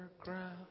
ground